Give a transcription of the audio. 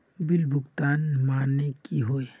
Bill भुगतान माने की होय?